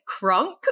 Crunk